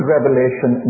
Revelation